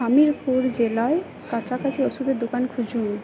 হামিরপুর জেলায় কাছাকাছি ওষুধের দোকান খুঁজুন